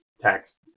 tax